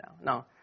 now